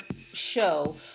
show